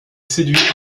séduit